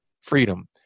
freedom